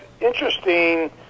interesting